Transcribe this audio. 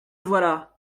voilà